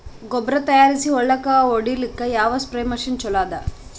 ಗೊಬ್ಬರ ತಯಾರಿಸಿ ಹೊಳ್ಳಕ ಹೊಡೇಲ್ಲಿಕ ಯಾವ ಸ್ಪ್ರಯ್ ಮಷಿನ್ ಚಲೋ ಅದ?